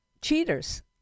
cheaters